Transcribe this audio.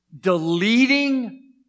deleting